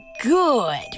good